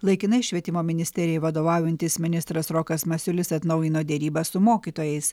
laikinai švietimo ministerijai vadovaujantis ministras rokas masiulis atnaujino derybas su mokytojais